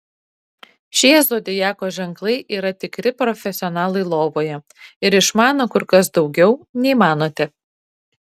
šie zodiako ženklai yra tikri profesionalai lovoje ir išmano kur kas daugiau nei manote